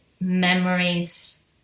memories